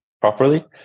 properly